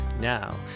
now